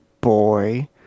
boy